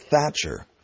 Thatcher